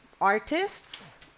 artists